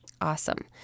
Awesome